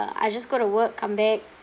I just go to work come back